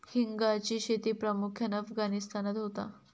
हिंगाची शेती प्रामुख्यान अफगाणिस्तानात होता